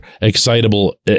excitable